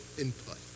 input